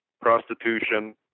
prostitution